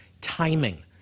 timing